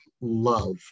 love